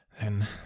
Then